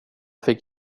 fick